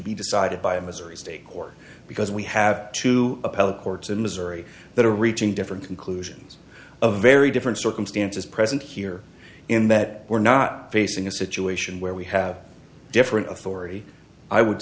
be decided by a missouri state court because we have to appellate courts in missouri that are reaching different conclusions of very different circumstances present here in that we're not facing a situation where we have different authority i would